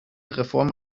reform